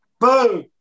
Boom